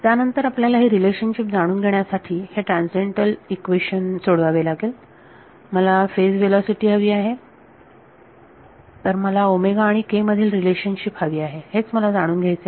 त्यानंतर आपल्याला हे रिलेशनशिप जाणून घेण्यासाठी हे ट्रान्सनडेंटल इक्वेशन सोडवावे लागेल मला फेज व्हेलॉसिटी हवी आहे तर मला आणि k मधील रिलेशनशिप हवी आहे हेच मला जाणून घ्यायचे आहे